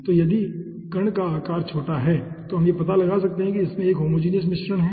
तो यदि कण का आकार छोटा हैं तो हम यह पता लगा सकते हैं कि इसमें एक होमोजिनियस मिश्रण है